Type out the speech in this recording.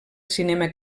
cinema